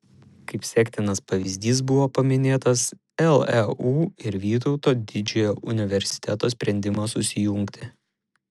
kaip sektinas pavyzdys buvo paminėtas leu ir vytauto didžiojo universiteto sprendimas susijungti